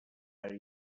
are